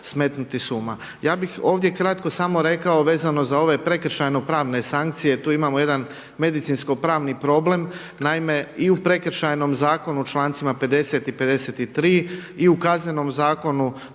smetnuti sa uma. Ja bih ovdje samo kratko rekao vezano za ove prekršajno-pravne sankcije. Tu imamo jedan medicinsko-pravni problem. Naime i u Prekršajnom zakonu u člancima 50. i 53. i u Kaznenom zakonu